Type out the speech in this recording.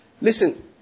listen